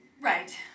Right